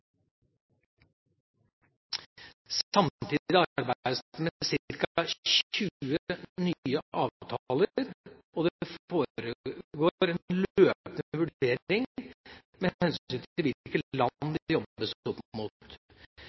Samtidig arbeides det med ca. 20 nye avtaler, og det foregår en løpende vurdering med hensyn til